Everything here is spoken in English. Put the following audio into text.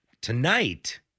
tonight